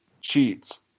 cheats